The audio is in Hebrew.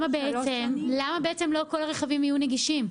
למה לא כל הרכבים יהיו נגישים?